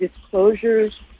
disclosures